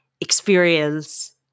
experience